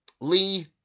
Lee